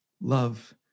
Love